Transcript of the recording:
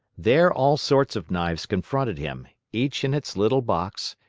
there all sorts of knives confronted him, each in its little box,